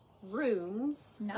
rooms